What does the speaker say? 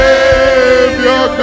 Savior